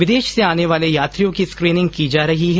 विदेश से आने वाले यात्रियों की स्क्रीनिंग की जा रही है